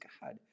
god